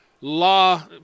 law